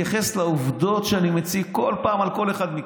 תתייחס לעובדות שאני מציג בכל פעם על כל אחד מכם.